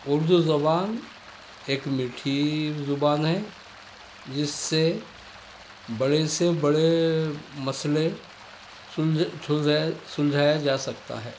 اردو زبان ایک میٹھی زبان ہے جس سے بڑے سے بڑے مسئلے سلجھے سلجھائے سلجھایا جا سکتا ہے